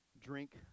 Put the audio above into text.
drink